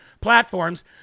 platforms